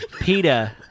Peta